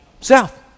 South